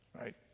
right